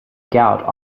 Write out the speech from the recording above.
gout